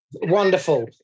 Wonderful